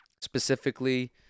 specifically